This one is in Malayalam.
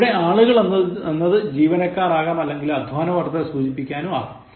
ഇവിടെ ആളുകൾ എന്നത് ജീവനക്കാർ ആകാം അല്ലെങ്കിൽ അധ്വാനവർഗത്തെ സൂചിപ്പിക്കാനും ആകാം